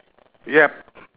yup